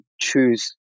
choose